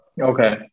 okay